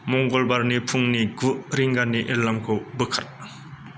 मंगलबारनि फुंनि गु रिंगानि एलार्मखौ बोखार